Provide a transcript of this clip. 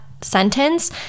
sentence